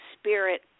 spirit